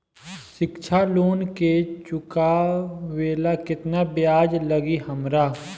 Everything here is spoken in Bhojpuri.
शिक्षा लोन के चुकावेला केतना ब्याज लागि हमरा?